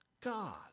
God